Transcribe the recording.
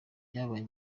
byabaye